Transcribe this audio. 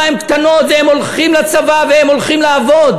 קטנות והם הולכים לצבא והם הולכים לעבוד,